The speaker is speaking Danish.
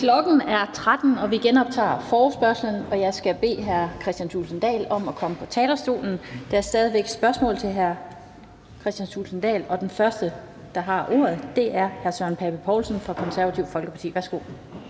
Klokken er 13.00, og vi genoptager forespørgslen. Jeg skal bede hr. Kristian Thulesen Dahl om at komme på talerstolen. Der er stadig væk spørgsmål til hr. Kristian Thulesen Dahl, og den første, der har ordet, er hr. Søren Pape Poulsen fra Det Konservative Folkeparti. Værsgo.